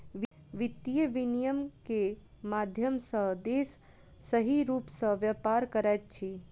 वित्तीय विनियम के माध्यम सॅ देश सही रूप सॅ व्यापार करैत अछि